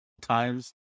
times